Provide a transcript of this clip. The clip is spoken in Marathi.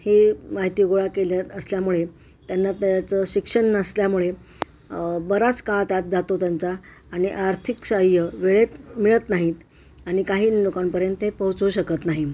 हे माहिती गोळा केल्या असल्यामुळे त्यांना त्याचं शिक्षण नसल्यामुळे बराच काळ त्यात जातो त्यांचा आणि आर्थिक साहाय्य वेळेत मिळत नाहीत आणि काही लोकांपर्यंत ते पोचू शकत नाही